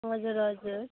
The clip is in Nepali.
हजुर हजुर